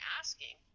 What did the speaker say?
asking